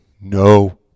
No